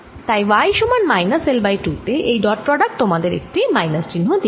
তাই y সমান minus L by 2 তে এই ডট প্রোডাক্ট তোমাদের একটি মাইনাস চিহ্ন দিয়েছে